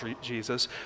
Jesus